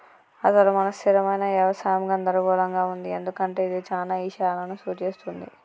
అసలు మన స్థిరమైన యవసాయం గందరగోళంగా ఉంది ఎందుకంటే ఇది చానా ఇషయాలను సూఛిస్తుంది